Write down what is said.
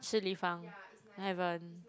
Shi-Li-Fang haven't